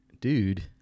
dude